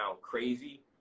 crazy